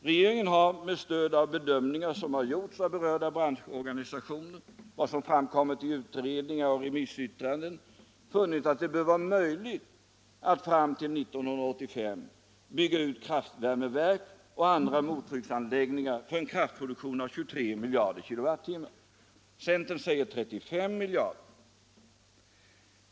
Regeringen har med stöd av bedömningar som gjorts av berörda branschorganisationer och som framkommit i utredningar och remissyttranden funnit att det bör vara möjligt att fram till 1985 bygga ut kraftvärmeverk och andra mottrycksanläggningar för en kraftproduktion av 23 miljarder kWh. Centern säger 35 miljarder.